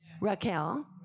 Raquel